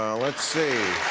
let's see.